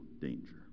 danger